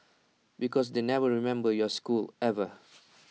because they never remember your school ever